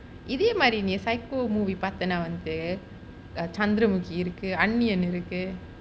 இதே மாதிரி:ithae maathiri psycho movie பார்த்தன வந்து சந்திரமுகி இருக்கு அந்நியன் இருக்கு:paarthana vanthu chandramuki irukku anniyan irukku